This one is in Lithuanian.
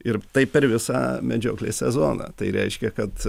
ir taip per visą medžioklės sezoną tai reiškia kad